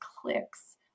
clicks